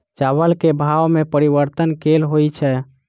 चावल केँ भाव मे परिवर्तन केल होइ छै?